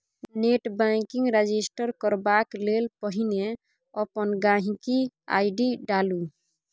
net banking register करबाक लेल पहिने अपन गांहिकी आइ.डी डालु